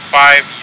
five